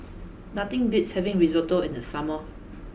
nothing beats having Risotto in the summer